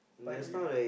but you